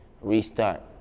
restart